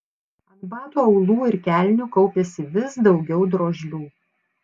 ant batų aulų ir kelnių kaupėsi vis daugiau drožlių